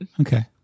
Okay